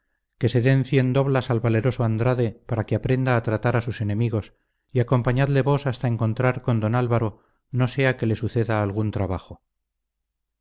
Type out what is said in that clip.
que se den cien doblas al valeroso andrade para que aprenda a tratar a sus enemigos y acompañadle vos hasta encontrar con don álvaro no sea que le suceda algún trabajo